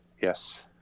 Yes